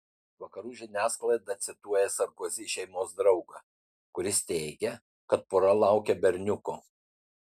vakarų žiniasklaida cituoja sarkozy šeimos draugą kuris teigia kad pora laukia berniuko